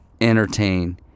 entertain